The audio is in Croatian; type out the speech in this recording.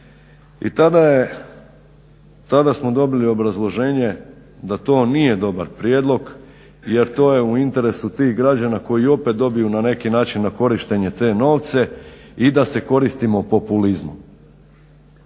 i tada smo dobili obrazloženje da to nije dobar prijedlog jer to je u interesu tih građana koji opet dobiju na neki način na korištenje te novce i da se koristimo populizmom.